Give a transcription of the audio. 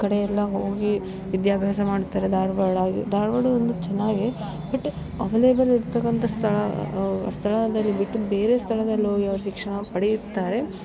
ಕಡೆಯಲ್ಲ ಹೋಗಿ ವಿದ್ಯಾಭ್ಯಾಸ ಮಾಡ್ತಾರೆ ಧಾರ್ವಾಡಾಗಿ ಧಾರ್ವಾಡ ಒಂದು ಚೆನ್ನಾಗಿ ಬಟ್ ಅವಲೇಬಲ್ ಇರ್ತಕ್ಕಂಥ ಸ್ಥಳ ಸ್ಥಳ ಅಂದರೆ ಬಿಟ್ಟು ಬೇರೆ ಸ್ಥಳದಲ್ಲಿ ಹೋಗಿ ಅವ್ರು ಶಿಕ್ಷಣ ಪಡೆಯುತ್ತಾರೆ